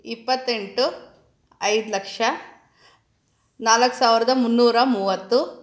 ಇಪ್ಪತ್ತೆಂಟು ಐದು ಲಕ್ಷ ನಾಲ್ಕು ಸಾವ್ರದ ಮುನ್ನೂರ ಮೂವತ್ತು